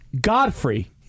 Godfrey